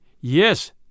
Yes